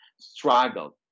struggled